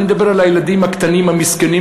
אני מדבר על הילדים הקטנים המסכנים,